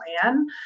plan